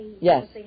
Yes